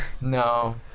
No